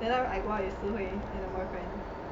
that time I go out with si hui and her boyfriend